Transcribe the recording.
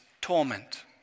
torment